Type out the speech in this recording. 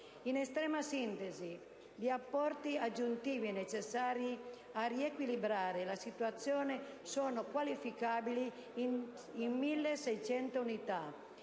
In estrema sintesi, gli apporti aggiuntivi necessari a riequilibrare la situazione sono quantificabili in 1.600 unità,